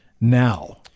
now